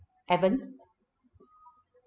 evan